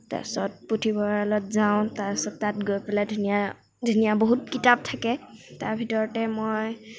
তাৰপিছত পুথিভঁৰালত যাওঁ তাৰপিছত তাত গৈ পেলাই ধুনীয়া ধুনীয়া বহুত কিতাপ থাকে তাৰ ভিতৰতে মই